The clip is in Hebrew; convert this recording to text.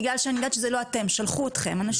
בגלל שאני יודעת שזה לא אתם שלחו אתכם אנשים,